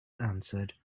answered